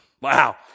Wow